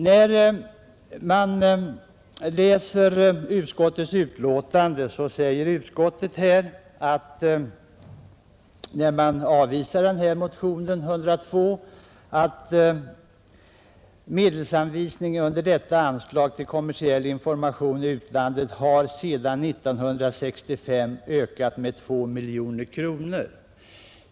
När man läser utskottets betänkande finner man att utskottsmajoriteten, när den avvisar yrkandet i motionen 102, anför att medelsanvisningen under detta anslag till kommersiell information i utlandet sedan 1965 ökat med 2 miljoner kronor.